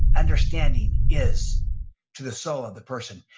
understanding is to the soul of the person.